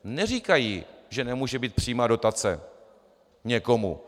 Neříkají, že nemůže být přímá dotace někomu.